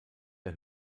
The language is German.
der